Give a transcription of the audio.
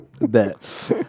bet